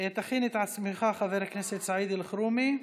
תכין את עצמך, חבר הכנסת סעיד אלחרומי.